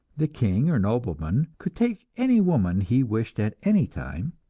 the king or nobleman could take any woman he wished at any time,